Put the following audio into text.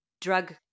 Drug